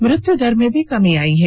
मृत्युदर में भी कमी आई है